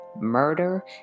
Murder